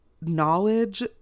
knowledge